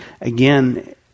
again